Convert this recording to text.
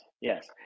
yes